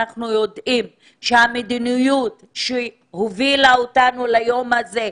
ואנחנו יודעים שהמדיניות שהובילה אותנו ליום הזה,